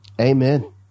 Amen